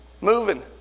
Moving